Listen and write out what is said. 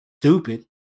stupid